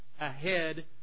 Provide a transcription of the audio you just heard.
ahead